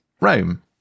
rome